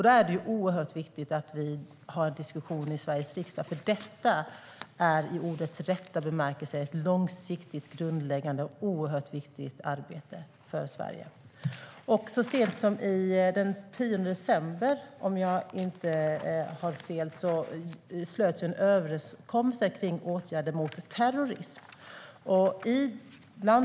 Då är det oerhört viktigt att vi har en diskussion i Sveriges riksdag, för detta är i ordens rätta bemärkelse ett långsiktigt, grundläggande och oerhört viktigt arbete för Sverige. Så sent som den 10 december, om jag inte har fel, slöts en överenskommelse om åtgärder mot terrorism.